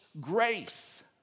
grace